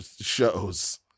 shows